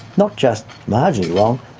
not just marginally wrong,